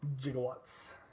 Gigawatts